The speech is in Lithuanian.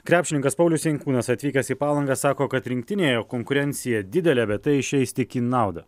krepšininkas paulius jankūnas atvykęs į palangą sako kad rinktinėje konkurencija didelė bet tai išeis tik į naudą